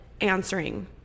answering